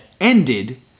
ended